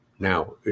Now